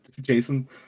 Jason